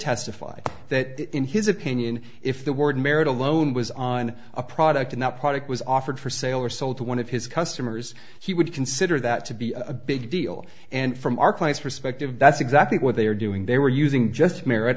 that in his opinion if the word merit alone was on a product and that product was offered for sale or sold to one of his customers he would consider that to be a big deal and from our client's perspective that's exactly what they were doing they were using just merit